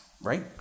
right